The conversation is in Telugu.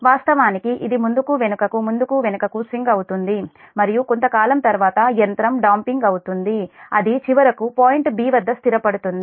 వాస్తవానికి ఇది ముందుకు వెనుకకు ముందుకు వెనుకకు స్వింగ్ అవుతుంది మరియు కొంతకాలం తర్వాత యంత్రం డాoపింగ్ అవుతుంది అది చివరకు పాయింట్ 'b' వద్ద స్థిరపడుతుంది